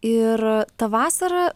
ir ta vasara